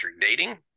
dating